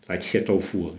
来切 tofu